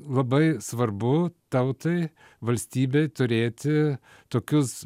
labai svarbu tautai valstybei turėti tokius